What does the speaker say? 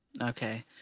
Okay